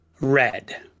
red